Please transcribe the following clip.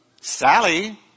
Sally